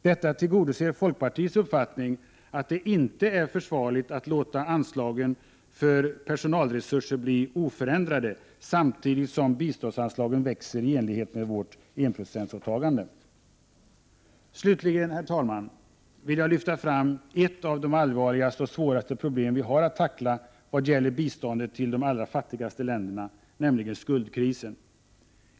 Detta överensstämmer med folkpartiets uppfattning att det inte är försvarligt att låta anslagen för personalresurser förbli oförändrade samtidigt som biståndsanslagen växer i enlighet med vårt enprocentsåtagande. Slutligen, herr talman, vill jag lyfta fram ett av de allvarligaste och svåraste problem vi har att tackla vad gäller biståndet till de allra fattigaste länderna, nämligen skuldkrisen.